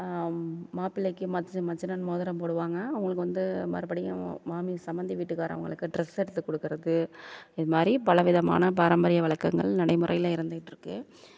மாப்பிள்ளைக்கு மச்சான் மச்சினன் மோதிரம் போடுவாங்க அவங்களுக்கு வந்து மறுபடியும் மாமி சம்பந்தி வீட்டுக்காரங்களுக்கு ட்ரஸ் எடுத்து கொடுக்குறது இது மாதிரி பல விதமான பாரம்பரிய வழக்கங்கள் நடைமுறையில் இருந்துகிட்டு இருக்குது